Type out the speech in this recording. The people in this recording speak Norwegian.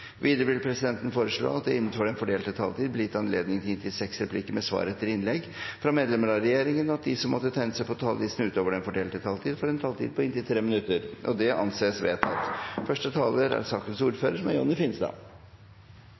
Videre vil presidenten foreslå at det – innenfor den fordelte taletid – blir gitt anledning til inntil seks replikker med svar etter innlegg fra medlemmer av regjeringen, og at de som måtte tegne seg på talerlisten utover den fordelte taletid, får en taletid på inntil 3 minutter. – Det anses vedtatt. Å få vedtatt en lov om utprøving av selvkjørende kjøretøy er